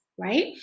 right